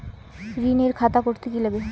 ঋণের খাতা করতে কি লাগে?